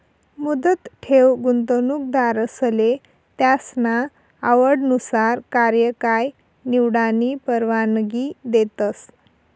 मुदत ठेव गुंतवणूकदारसले त्यासना आवडनुसार कार्यकाय निवडानी परवानगी देतस